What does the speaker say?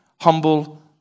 humble